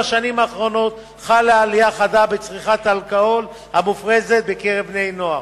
בשנים האחרונות חלה עלייה חדה בצריכת אלכוהול מופרזת בקרב בני-נוער.